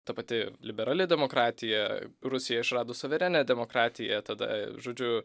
ta pati liberali demokratija rusija išrado suverenią demokratiją tada žodžiu